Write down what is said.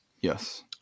Yes